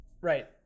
Right